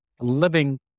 living